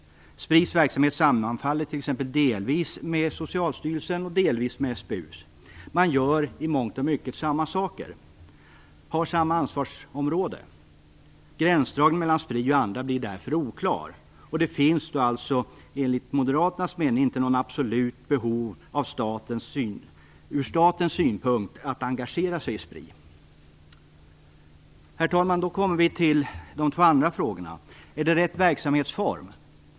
Spris verksamhet sammanfaller t.ex. delvis med Socialstyrelsens och SBU:s. Man gör i mångt och mycket samma saker och har samma ansvarsområde. Gränsdragningen mellan Spri och andra organ blir därför oklar. Det finns alltså enligt Moderaternas mening inte något absolut behov ur statens synpunkt att engagera sig i Spri. Herr talman! Vi kommer då till de två andra frågorna. Är det rätt verksamhetsform?